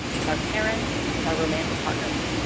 with our parents, with our romantic partners.